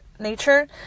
nature